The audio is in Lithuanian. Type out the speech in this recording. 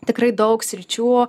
tikrai daug sričių